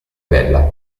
bella